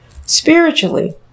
spiritually